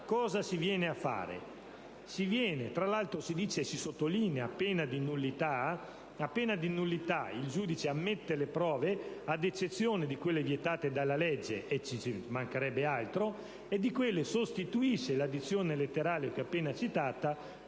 Cosa si viene ora a fare?